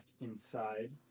inside